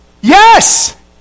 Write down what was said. Yes